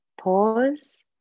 pause